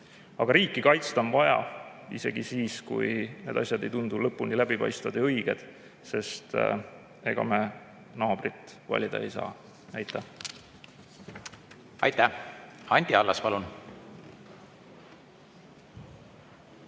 Aga riiki kaitsta on vaja isegi siis, kui need asjad ei tundu lõpuni läbipaistvad ja õiged, sest ega me naabrit valida ei saa. Aitäh! Aitäh! Anti Allas, palun!